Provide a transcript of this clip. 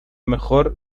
mejor